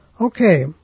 Okay